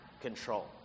control